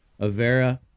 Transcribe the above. Avera